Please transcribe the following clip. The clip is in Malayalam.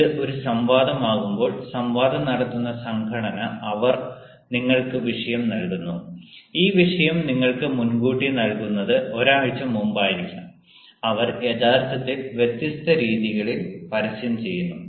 ഇത് ഒരു സംവാദമാകുമ്പോൾ സംവാദം നടത്തുന്ന സംഘടന അവർ നിങ്ങൾക്ക് വിഷയം നൽകുന്നു ഈ വിഷയം നിങ്ങൾക്ക് മുൻകൂട്ടി നൽകുന്നത് ഒരാഴ്ച മുൻപ് ആയിരിക്കാം അവർ യഥാർത്ഥത്തിൽ വ്യത്യസ്ത രീതികളിൽ പരസ്യം ചെയ്യുന്നു